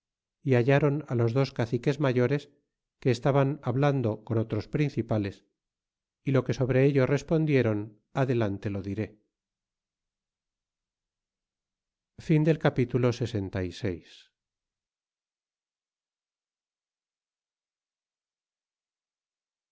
y hallaron á los dos caciques mayores que estaban hablando con otros principales y lo que sobre ello respondiéron adelante lo diré capitulo lx